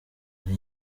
ari